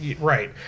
Right